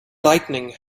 lightning